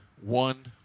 One